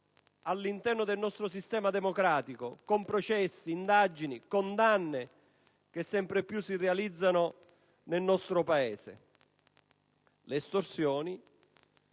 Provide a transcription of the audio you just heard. all'interno del nostro sistema democratico, con processi, indagini e condanne, sono sempre più ingenti nel nostro Paese. Con le estorsioni